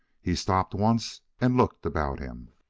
he stopped once and looked about him.